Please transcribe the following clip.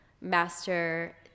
master